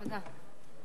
תודה.